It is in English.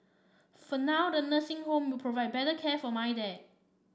for now the nursing home will provide better care for my dad